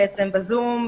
בזום,